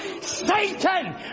Satan